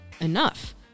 enough